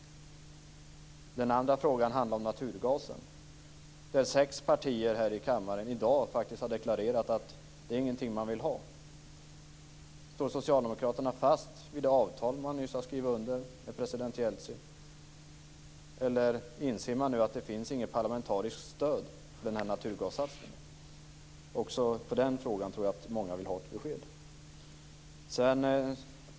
Den andra frågan handlar om naturgasen. Sex partier har här i kammaren i dag deklarerat att det inte är något man vill ha. Står socialdemokraterna fast vid det avtal man nyss har skrivit under med president Jeltsin, eller inser man att det inte finns något parlamentariskt stöd för naturgassatsningen? Jag tror att många vill ha besked också på den frågan.